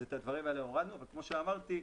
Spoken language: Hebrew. את הדברים האלה הורדנו וכמו שאמרתי,